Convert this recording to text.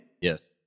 Yes